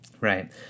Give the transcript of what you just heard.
Right